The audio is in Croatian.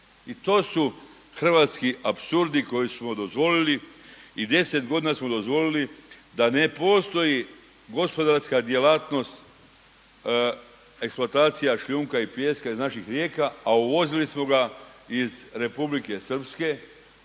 I to su hrvatski apsurdi koje smo dozvolili i 10 godina smo dozvoli da ne postoji gospodarska djelatnost eksploatacija šljunka i pijeska iz naših rijeka, a uvozili smo ga iz Republike Srpske